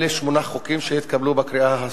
אלה שמונה חוקים שהתקבלו בקריאה סופית,